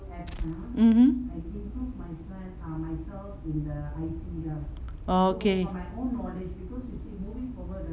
mmhmm orh okay